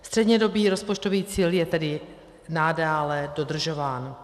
Střednědobý rozpočtový cíl je tedy nadále dodržován.